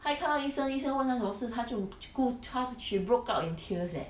她一看到医生医生问她什么事她就 she broke out in tears leh